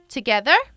Together